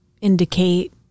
indicate